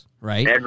Right